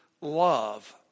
love